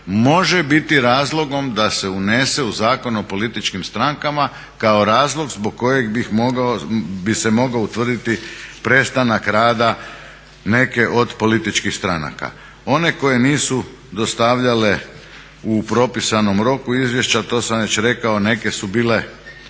može biti razlogom da se unese u Zakon o političkim strankama kao razlog zbog kojeg bi se mogao utvrditi prestanak rada neke od političkih stranaka. One koje nisu dostavljale u propisanom roku izvješća to sam već rekao neke su bile